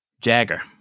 Jagger